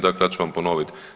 Dakle, ja ću vam ponovit.